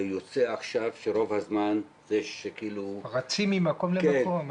ויוצא עכשיו שרוב הזמן --- רצים ממקום למקום.